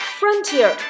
frontier